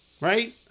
Right